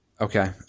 Okay